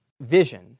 vision